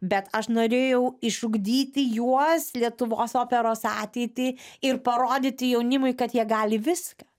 bet aš norėjau išugdyti juos lietuvos operos ateitį ir parodyti jaunimui kad jie gali viską